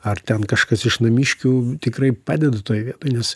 ar ten kažkas iš namiškių tikrai padeda toj vietoj nes